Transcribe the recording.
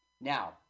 Now